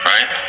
Right